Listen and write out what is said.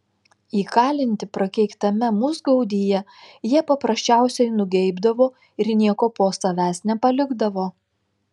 įkalinti prakeiktame musgaudyje jie paprasčiausiai nugeibdavo ir nieko po savęs nepalikdavo